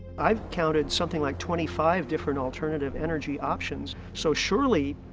i've counted something like twenty five different alternative energy options. so surely,